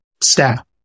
staff